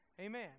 Amen